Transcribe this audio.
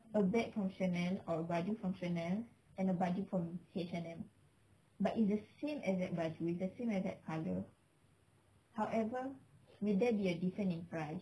a bag from chanel or a baju from chanel and a baju from H&M but it's the same exact baju it's the same exact colour however will there be a difference in price